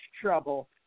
trouble